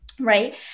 Right